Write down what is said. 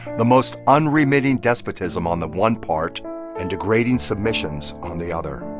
the most unremitting despotism on the one part and degrading submissions on the other.